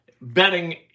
betting